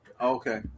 Okay